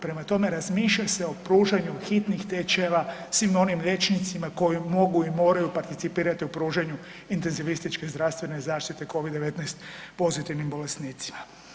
Prema tome, razmišlja se o pružanju hitnih tečajeva svim onim liječnicima koji mogu mora i participirati intenzivističke zdravstvene zaštite Covid-19 pozitivnim bolesnicima.